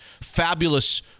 fabulous